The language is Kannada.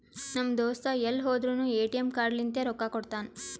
ನಮ್ ದೋಸ್ತ ಎಲ್ ಹೋದುರ್ನು ಎ.ಟಿ.ಎಮ್ ಕಾರ್ಡ್ ಲಿಂತೆ ರೊಕ್ಕಾ ಕೊಡ್ತಾನ್